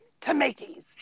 Tomatoes